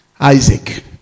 Isaac